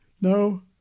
no